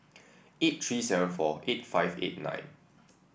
eight three seven four eight five eight nine